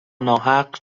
ناحق